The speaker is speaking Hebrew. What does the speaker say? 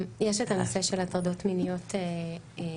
יש את הנושא של הטרדות מיניות באקדמיה,